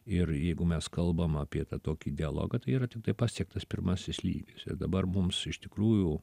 ir jeigu mes kalbam apie tą tokį dialogą tai yra tiktai pasiektas pirmasis lygis ir dabar mums iš tikrųjų